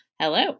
Hello